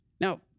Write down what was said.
Now